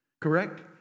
correct